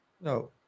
No